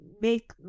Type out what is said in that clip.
make